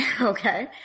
Okay